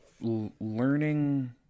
learning